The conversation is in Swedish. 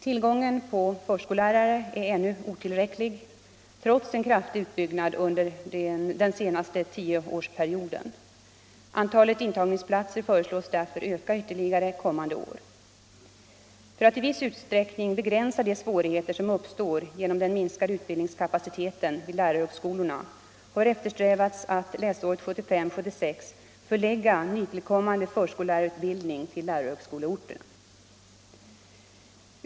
Tillgången på förskollärare är ännu otillräcklig, trots en kraftig utbyggnad under den senaste tioårsperioden. Antalet intagningsplatser föreslås därför öka ytterligare kommande läsår. För att i viss utsträckning begränsa de svårigheter som uppstår genom den minskade utbildningskapaciteten vid lärarhögskolorna har eftersträvats att läsåret 1975/76 förlägga nytillkommande förskollärarutbildning till lärarhögskoleorter.